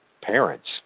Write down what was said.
parents